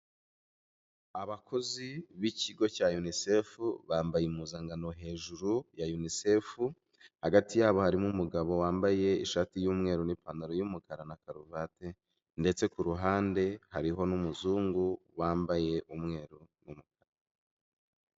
Abakozi b'ikigo cya UNICEF, bambaye impuzankano hejuru ya UNICEF, hagati yabo harimo umugabo wambaye ishati y'umweru, n'ipantaro y'umukara na karuvati, ndetse kurundi ruhande, hariho n'umuzungu wambaye umweru, umwe.